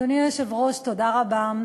אדוני היושב-ראש, תודה רבה.